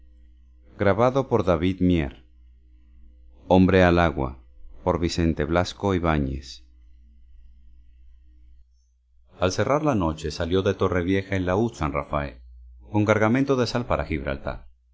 hombre al agua al cerrar la noche salió de torrevieja el laúd san rafael con cargamento de sal para gibraltar